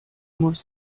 muss